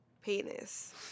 penis